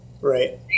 Right